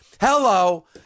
hello